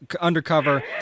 undercover